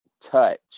touch